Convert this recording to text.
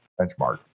benchmark